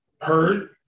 heard